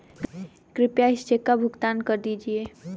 कृपया इस चेक का भुगतान कर दीजिए